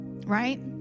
Right